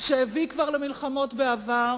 שכבר הביא למלחמות בעבר